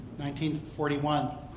1941